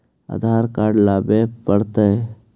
आधार card लाबे पड़तै?